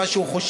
מה שהוא חושב,